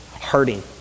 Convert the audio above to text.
hurting